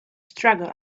struggle